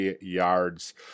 yards